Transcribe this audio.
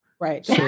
Right